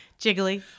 Jiggly